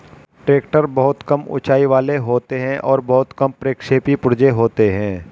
tractor बहुत कम ऊँचाई वाले होते हैं और बहुत कम प्रक्षेपी पुर्जे होते हैं